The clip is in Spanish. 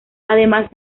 además